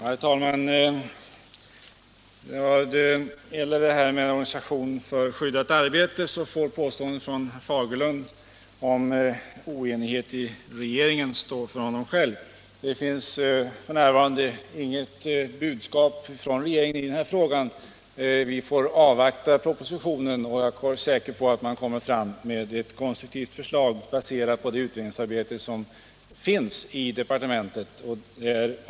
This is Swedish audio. Herr talman! Vad gäller organisationen av det skyddade arbetet får herr Fagerlunds tal om oenighet i regeringen stå för honom själv. Det finns f.n. inga budskap från regeringen i denna fråga. Vi får avvakta propositionen, och jag är säker på att den kommer att innehålla konstruktiva förslag baserade på det utredningsarbete som utförts.